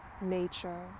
nature